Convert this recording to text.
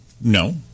no